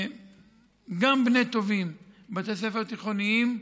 גם בני טובים בבתי ספר תיכוניים,